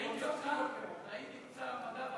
יש טרור.